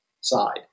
side